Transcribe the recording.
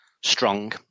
strong